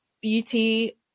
beauty